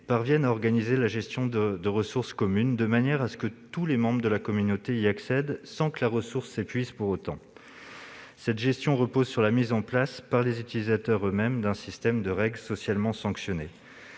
parviennent à organiser la gestion de ressources communes, de manière à ce que tous les membres de la communauté y accèdent sans que la ressource s'épuise pour autant. Cette gestion repose sur la mise en place, par les utilisateurs eux-mêmes, d'un système de règles socialement sanctionnées.